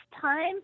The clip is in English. time